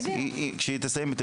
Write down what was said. נירית, סיימת?